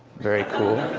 very cool.